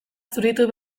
zuritu